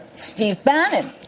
steve bannon.